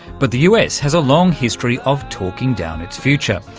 but the us has a long history of talking down its future.